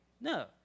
No